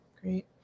Great